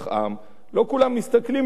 לא כולם מסתכלים באותו מילון.